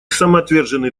самоотверженный